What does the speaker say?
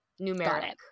numeric